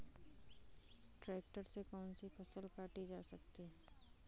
Tractor से कौन सी फसल काटी जा सकती हैं?